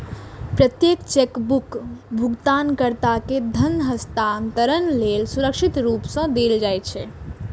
प्रत्येक चेक भुगतानकर्ता कें धन हस्तांतरण लेल सुरक्षित रूप सं देल जाइ छै